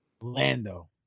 Lando